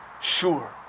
sure